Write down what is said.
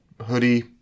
hoodie